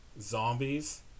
zombies